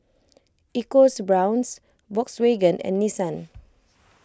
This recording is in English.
EcoBrown's Volkswagen and Nissan